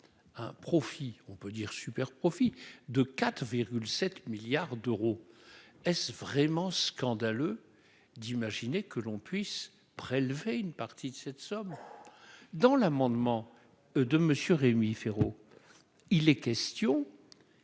un profit on peut dire super profits de 4 7 milliards d'euros est-ce vraiment scandaleux d'imaginer que l'on puisse prélever une partie de cette somme dans l'amendement de monsieur Rémi Féraud, il est question